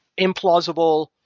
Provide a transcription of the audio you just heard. implausible